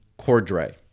Cordray